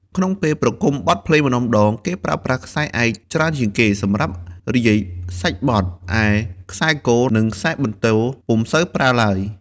ក្នុងពេលប្រគំបទភ្លេងម្ដងៗ គេប្រើប្រាស់ខ្សែឯកច្រើនជាងគេសម្រាប់រាយសាច់បទ ឯខ្សែគ និងខ្សែបន្ទរពុំសូវប្រើឡើយ។